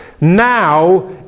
now